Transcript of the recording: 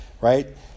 right